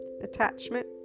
attachment